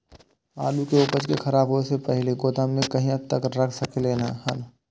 आलु के उपज के खराब होय से पहिले गोदाम में कहिया तक रख सकलिये हन?